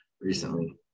recently